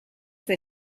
they